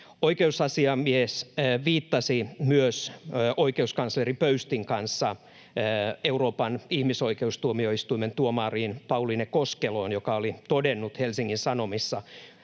Oikeusasiamies viittasi myös oikeuskansleri Pöystin kanssa Euroopan ihmisoikeustuomioistuimen tuomarin Pauliine Koskeloon, joka oli todennut Helsingin Sanomissa: